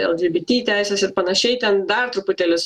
eldžybyty teisės ir panašiai ten dar truputėlis